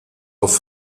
auf